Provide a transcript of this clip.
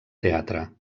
teatre